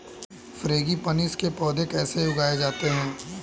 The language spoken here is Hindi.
फ्रैंगीपनिस के पौधे कैसे उगाए जाते हैं?